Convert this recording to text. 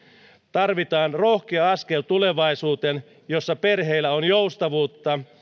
tarvitaan rohkea askel tulevaisuuteen jossa perheillä on joustavuutta